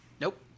Nope